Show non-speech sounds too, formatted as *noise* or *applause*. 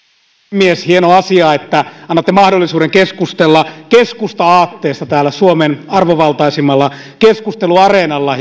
on hieno asia että annatte mahdollisuuden keskustella keskusta aatteesta täällä suomen arvovaltaisimmalla keskusteluareenalla *unintelligible*